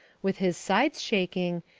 with his sides shaking,